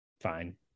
fine